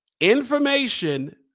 Information